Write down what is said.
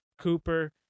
Cooper